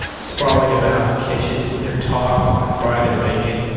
sprawling about the kitchen with their talk while i fry their bacon.